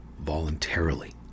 voluntarily